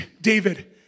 David